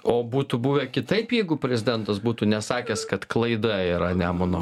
o būtų buvę kitaip jeigu prezidentas būtų nesakęs kad klaida yra nemuno